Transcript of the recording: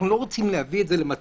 אנחנו לא רוצים להביא את זה למצב,